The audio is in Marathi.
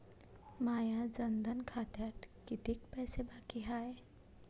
माया जनधन खात्यात कितीक पैसे बाकी हाय?